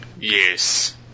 Yes